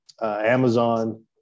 Amazon